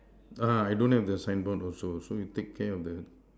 ah I don't have the sign board also so you take care of the